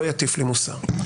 לא יטיף לי מוסר.